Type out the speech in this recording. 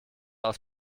aus